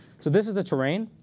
so this is the terrain.